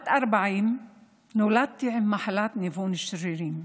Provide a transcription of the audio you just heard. בת 40. נולדתי עם מחלת ניוון שרירים.